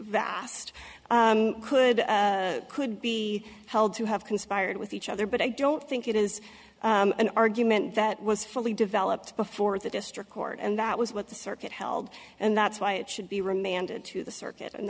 vast could could be held to have conspired with each other but i don't think it is an argument that was fully developed before the district court and that was what the circuit held and that's why it should be remanded to the circuit and